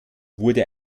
wurde